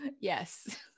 Yes